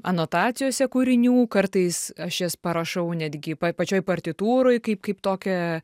anotacijose kūrinių kartais aš jas parašau netgi pa pačioj partitūroj kaip kaip tokią